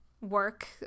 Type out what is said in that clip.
work